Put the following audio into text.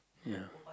ya